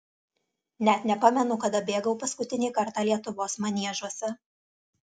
net nepamenu kada bėgau paskutinį kartą lietuvos maniežuose